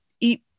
eat